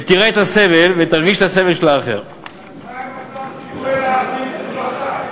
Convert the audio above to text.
ותראה את הסבל, ותרגיש את הסבל של האחר".